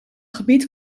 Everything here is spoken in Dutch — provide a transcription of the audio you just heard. gebied